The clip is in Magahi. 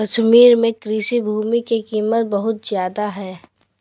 कश्मीर में कृषि भूमि के कीमत बहुत ज्यादा हइ